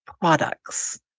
products